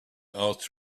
asked